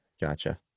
Gotcha